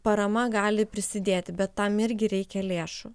parama gali prisidėti bet tam irgi reikia lėšų